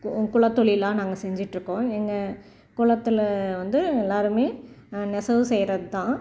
குலத்தொழிலா நாங்கள் செஞ்சுட்ருக்கோம் எங்கள் குலத்தில் வந்து எல்லாேருமே நெசவு செய்வது தான்